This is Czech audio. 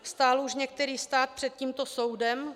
Stál už některý stát před tímto soudem?